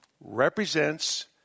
represents